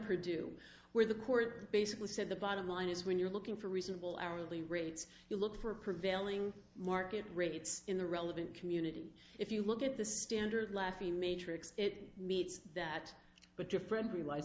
purdue where the court basically said the bottom line is when you're looking for reasonable hourly rates you look for prevailing market rates in the relevant community if you look at the standard laffey matrix it meets that but your friend relies